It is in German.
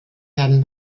werden